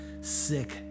Sick